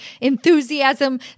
enthusiasm